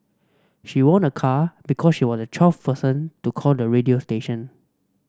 she won a car because she was the twelfth person to call the radio station